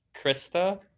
Krista